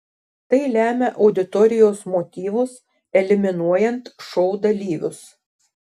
tai lemia auditorijos motyvus eliminuojant šou dalyvius